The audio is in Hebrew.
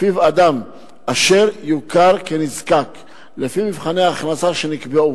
שלפיו אדם אשר יוכר כנזקק לפי מבחני הכנסה שנקבעו,